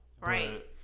Right